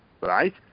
Right